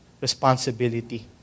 responsibility